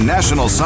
National